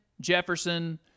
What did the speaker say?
Jefferson